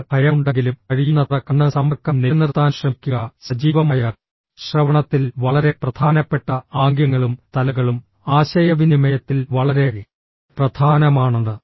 നിങ്ങൾക്ക് ഭയമുണ്ടെങ്കിലും കഴിയുന്നത്ര കണ്ണ് സമ്പർക്കം നിലനിർത്താൻ ശ്രമിക്കുക സജീവമായ ശ്രവണത്തിൽ വളരെ പ്രധാനപ്പെട്ട ആംഗ്യങ്ങളും തലകളും ആശയവിനിമയത്തിൽ വളരെ പ്രധാനമാണ്